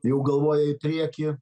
jau galvoja į priekį